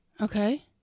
Okay